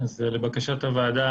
לבקשת הוועדה,